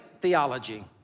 theology